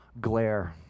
glare